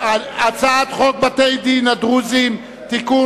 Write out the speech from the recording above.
הצעת חוק בתי-הדין הדתיים הדרוזיים (תיקון,